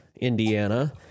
Indiana